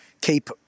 Keep